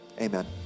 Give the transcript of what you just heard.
Amen